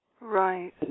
Right